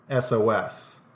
SOS